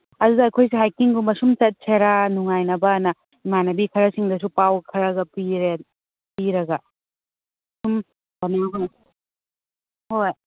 ꯑꯗꯨꯗ ꯑꯩꯈꯣꯏꯁꯨ ꯍꯥꯏꯛꯀꯤꯡꯒꯨꯝꯕ ꯁꯨꯝ ꯆꯠꯁꯤꯔ ꯅꯨꯡꯉꯥꯏꯅꯕ ꯍꯥꯏꯅ ꯏꯃꯥꯅꯕꯤ ꯈꯔꯁꯤꯡꯗꯁꯨ ꯄꯥꯎ ꯈꯔꯒ ꯄꯤꯔꯦ ꯄꯤꯔꯒ ꯁꯨꯝ ꯍꯣꯏ